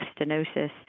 stenosis